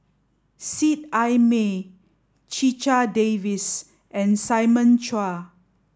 Seet Ai Mee Checha Davies and Simon Chua